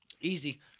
Easy